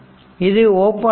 இது ஓபன் ஆகும்